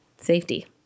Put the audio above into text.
Safety